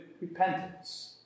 repentance